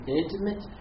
intimate